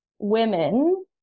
women